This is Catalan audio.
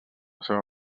seva